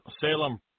Salem